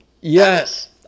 yes